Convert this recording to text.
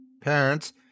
Parents